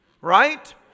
Right